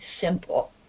simple